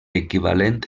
equivalent